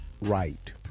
right